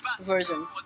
version